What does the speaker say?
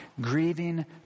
grieving